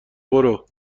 برو